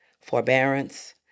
forbearance